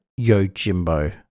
Yojimbo